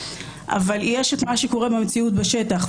אבל יש את מה שקורה במציאות בשטח.